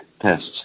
tests